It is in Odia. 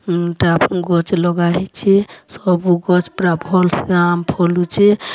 ଟା ଗଛ୍ ଲଗା ହେଇଛେ ସବୁ ଗଛ୍ ପୁରା ଭଲ୍ସେ ଆମ୍ବ୍ ଫଲୁଛେ